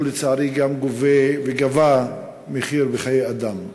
והוא לצערי גם גובה, וגבה, מחיר בחיי אדם.